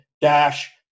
dash